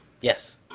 yes